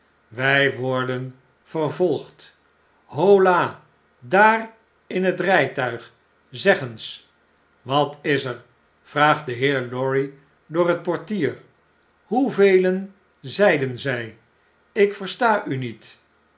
wjj worden vervolgd hola i daar in het rjjtmg zeg eens wat is er vraagt de heer lorry door het portier hoevelen zeiden zij ik versta u niet